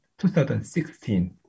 2016